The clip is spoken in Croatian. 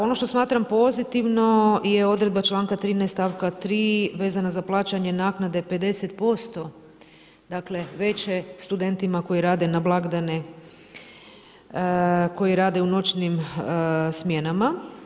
Ono što smatram pozitivno je odredba članka 13. stavka 3. vezana za plaćanje naknade 50% dakle veće studentima koji rade na blagdane, koji rade u noćnim smjenama.